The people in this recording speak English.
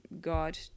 God